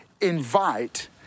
invite